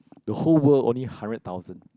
the whole world only hundred thousand